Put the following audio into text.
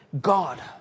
God